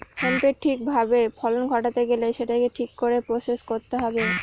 হেম্পের ঠিক ভাবে ফলন ঘটাতে গেলে সেটাকে ঠিক করে প্রসেস করতে হবে